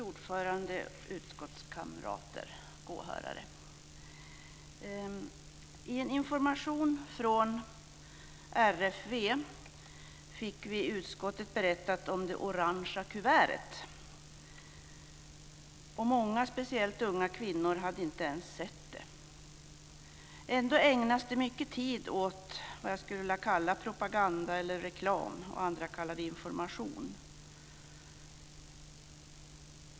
Fru talman! Utskottskamrater! Åhörare! I en information från RFV fick vi i utskottet berättat för oss om det orangefärgade kuvertet. Många, speciellt unga kvinnor, hade inte ens sett det. Ändå ägnas det mycket tid åt vad jag skulle vilja kalla propaganda eller reklam. Andra kallar det information.